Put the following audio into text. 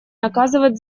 наказывать